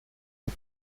als